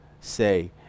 say